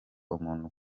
umuntu